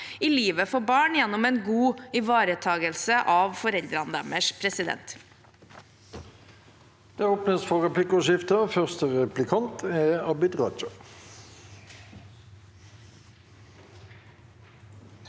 i livet for barn gjennom en god ivaretakelse av foreldrene deres. Presidenten